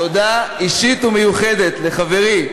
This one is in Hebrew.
תודה אישית ומיוחדת לחברי,